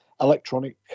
electronic